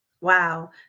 Wow